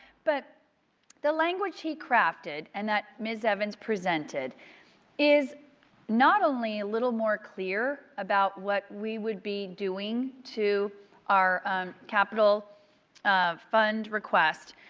but the language he crafted and that ms. evans presented is not only a little more clear about what we would be doing to our capital fund request,